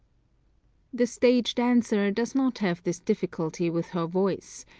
the stage dancer does not have this difficulty with her voice,